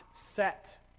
set